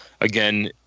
again